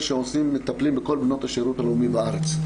שמטפלים בכל בנות השירות הלאומי בארץ.